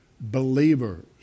believers